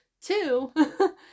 two